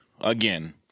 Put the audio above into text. again